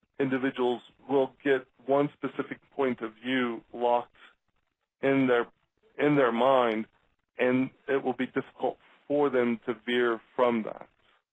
individuals will get one specific point of view locked in their in their mind and it will be difficult for them to veer from that.